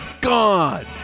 Gone